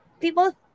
people